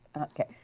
Okay